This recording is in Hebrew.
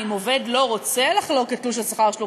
אם עובד לא רוצה לחלוק את תלוש השכר שלו,